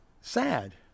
sad